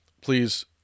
please